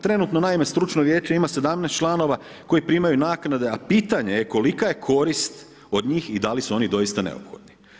Trenutno naime stručno vijeće ima 17 članova koji primaju naknade, a pitanje je kolika je korist od njih i da li su oni doista neophodni.